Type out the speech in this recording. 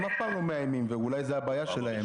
הם אף פעם לא מאיימים ואולי זו הבעיה שלהם,